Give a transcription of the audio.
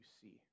see